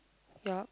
yup